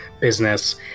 business